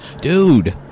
dude